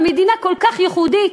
מדינה כל כך ייחודית,